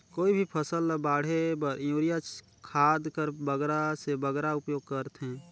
कोई भी फसल ल बाढ़े बर युरिया खाद कर बगरा से बगरा उपयोग कर थें?